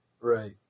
right